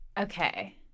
Okay